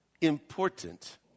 important